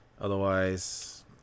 Otherwise